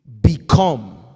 become